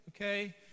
okay